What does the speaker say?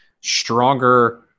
stronger